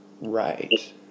Right